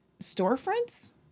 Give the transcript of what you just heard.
storefronts